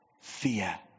fear